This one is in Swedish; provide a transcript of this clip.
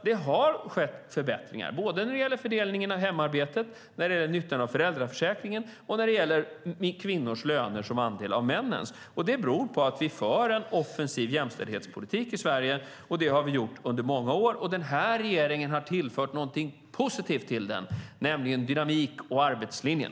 Det har alltså skett förbättringar såväl när det gäller fördelningen av hemarbetet och nyttan av föräldraförsäkringen som när det gäller kvinnors löner som andel av männens. Detta beror på att vi för en offensiv jämställdhetspolitik i Sverige. Det har vi gjort under många år. Denna regering har tillfört någonting positivt till den, nämligen dynamik och arbetslinjen.